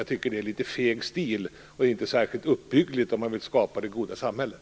Jag tycker att det är en litet feg stil och inte särskilt uppbyggligt om man vill skapa det goda samhället.